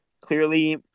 Clearly